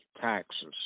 taxes